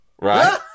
right